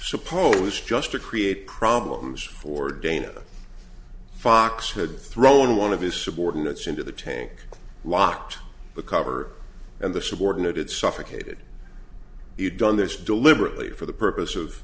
suppose just to create problems for dana fox had thrown one of his subordinates into the tank locked the cover and the subordinate had suffocated he had done this deliberately for the purpose of